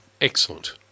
Excellent